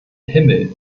himmel